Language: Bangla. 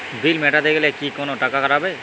বিল মেটাতে গেলে কি কোনো টাকা কাটাবে?